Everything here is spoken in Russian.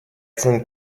сент